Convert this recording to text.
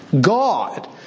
God